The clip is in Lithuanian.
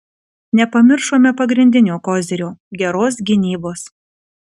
nepamiršome pagrindinio kozirio geros gynybos